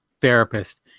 therapist